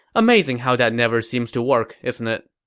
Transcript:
amazing how that never seems to work, isn't it?